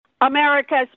America's